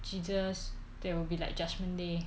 jesus there will be like judgement day